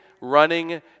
running